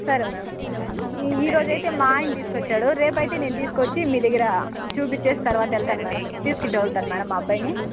సరే మేడమ్ ఈరోజు అయితే మా ఆయన తీసుకు వచ్చాడు రేపు అయితే నేను తీసుకు వచ్చి మీ దగ్గర చూపించి తర్వాత వెళతాను మేడమ్ తీసుకుని వెళతాను మేడమ్ మా అబ్బాయిని